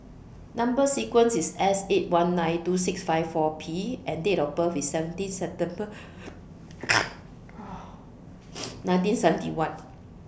Number sequence IS S eight one nine two six five four P and Date of birth IS seventeen September nineteen seventy one